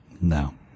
No